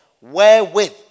wherewith